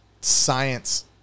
science